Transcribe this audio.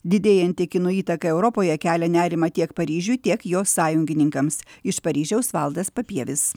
didėjanti kinų įtaka europoje kelia nerimą tiek paryžiui tiek jo sąjungininkams iš paryžiaus valdas papievis